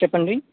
చెప్పండి